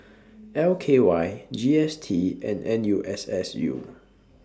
L K Y G S T and N U S S U